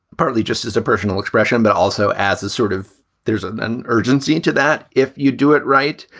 partly just as a personal expression, but also as a sort of there's an urgency to that. if you do it right,